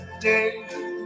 day